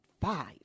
five